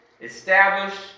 establish